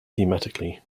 thematically